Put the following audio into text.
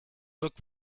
look